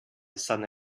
sudden